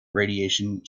radiation